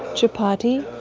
chapati,